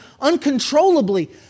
uncontrollably